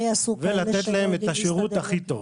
ולתת להם את השירות הכי טוב.